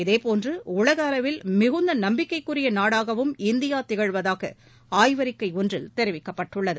இதேபோன்று உலகளவில் மிகுந்த நம்பிக்கைக்குரிய நாடாகவும் இந்தியா திகழ்வதாக ஆய்வறிக்கை ஒன்றில் தெரிவிக்கப்பட்டுள்ளது